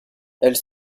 elles